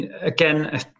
Again